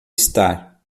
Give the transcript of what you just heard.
estar